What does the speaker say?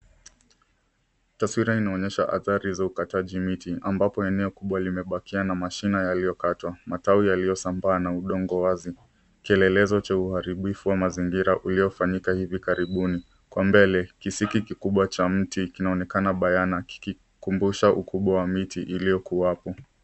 Taswira inaonyesha athari za ukataji miti ambapo eneo kubwa limebakia na mashina yalio katwa matawi yaliosambaa na udongo wazi Kielelezo cha uharibifu wa mazingira ulio fanyika hivi karibuni kwa mbele kisiki kikubwa cha mti kinaonekana bayana kikikumbusha ukubwa wa miti iliokuwapo.